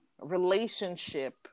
relationship